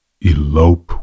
Elope